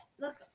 look